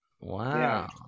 Wow